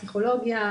פסיכולוגיה,